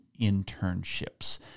internships